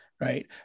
right